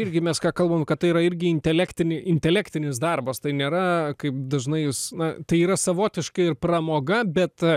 irgi mes ką kalbam kad tai yra irgi intelektinį intelektinis darbas tai nėra kaip dažnai jūs na tai yra savotiška ir pramoga bet